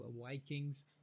Vikings